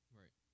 right